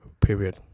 period